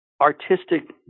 artistic